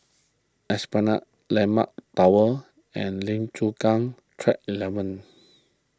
Esplanade Landmark Tower and Lim Chu Kang Track eleven